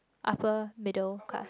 upper middle class